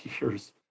years